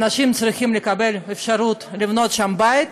אנשים צריכים לקבל אפשרות לבנות שם בית.